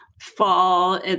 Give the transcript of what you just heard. fall